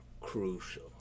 crucial